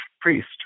priest